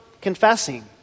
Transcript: confessing